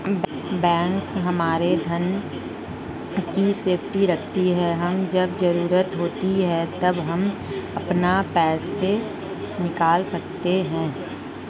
bank हमारे धन की सेफ्टी रखती है हमे जब जरूरत होती है तब हम अपना पैसे निकल सकते है